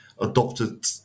adopted